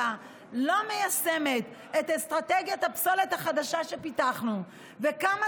לא מיישמת את אסטרטגיית הפסולת החדשה שפיתחנו וכמה